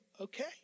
okay